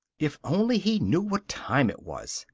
if only he knew what time it was.